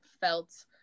felt